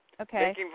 Okay